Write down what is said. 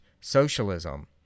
socialism